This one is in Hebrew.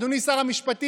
אדוני שר המשפטים,